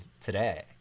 today